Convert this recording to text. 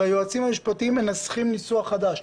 והיועצים המשפטיים מנסחים ניסוח חדש.